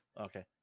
okay